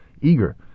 eager